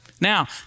Now